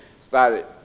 started